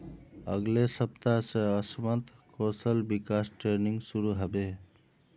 अगले सप्ताह स असमत कौशल विकास ट्रेनिंग शुरू ह बे